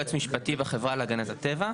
יועץ משפטי בחברה להגנת הטבע.